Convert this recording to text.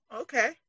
Okay